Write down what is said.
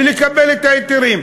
ולקבל את ההיתרים.